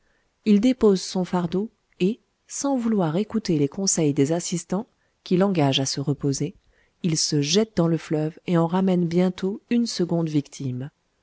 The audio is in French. il dépose son fardeau et sans vouloir écouter les conseils des assistants qui l'engagent à se reposa il se jette dans le fleuve et en ramène bientôt une seconde victime